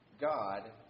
God